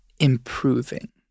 improving